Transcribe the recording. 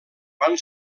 van